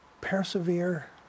persevere